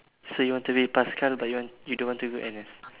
so you want to be paskal but you want you don't want to go N_S